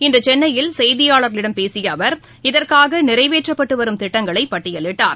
இன்று சென்னையில் செய்தியாளர்களிடம் பேசிய அவர் இதற்காக நிறைவேற்றப்பட்டு வரும் திட்டங்களை பட்டியலிட்டார்